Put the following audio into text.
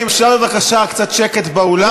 אפשר בבקשה קצת שקט באולם?